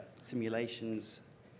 simulations